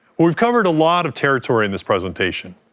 we've covered a lot of territory in this presentation,